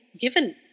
given